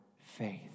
faith